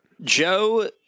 Joe